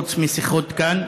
חוץ משיחות כאן.